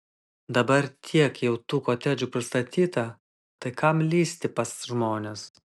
dabar tiek jau tų kotedžų pristatyta tai kam lįsti pas žmones